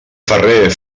ferrer